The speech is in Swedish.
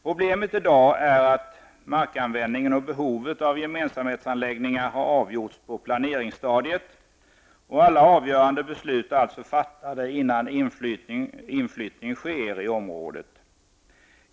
Problemet i dag är att markanvändningen och behovet av gemensamhetsanläggningar har avgjorts på planeringsstadiet. Alla avgörande beslut är alltså fattade innan inflyttning sker i området.